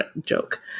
joke